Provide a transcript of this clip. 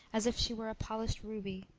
as if she were a polished ruby.